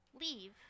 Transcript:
leave